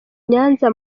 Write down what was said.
nyanza